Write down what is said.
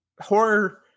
Horror